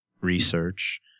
research